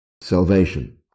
salvation